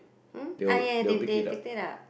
um oh ya they they take it out